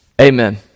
Amen